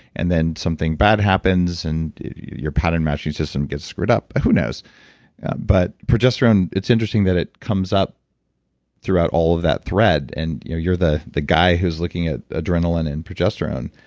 and then something bad happens and your pattern matching system gets screwed up. who knows but progesterone, it's interesting that it comes up throughout all of that thread and you're the the guy who's looking at adrenaline and progesterone